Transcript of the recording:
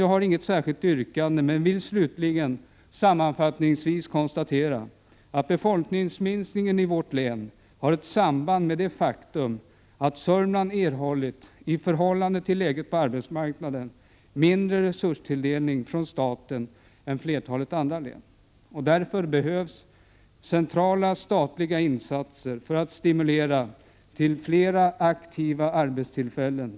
Jag har inget särskilt yrkande. Slutligen vill jag dock sammanfattningsvis konstatera att befolkningsminskningen i vårt län har ett samband med det faktum att Sörmland, i förhållande till läget på arbetsmarknaden, erhållit mindre resurstilldelning från staten än flertalet andra län. Det behövs därför centrala statliga insatser för att stimulera tillskapandet av flera aktiva arbetstillfällen.